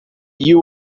you